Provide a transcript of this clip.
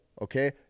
okay